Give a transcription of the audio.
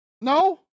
No